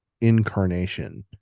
incarnation